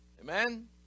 Amen